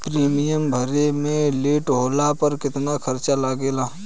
Premium भरे मे late होला पर केतना चार्ज लागेला?